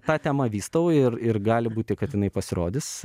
tą temą vystau ir ir gali būti kad jinai pasirodys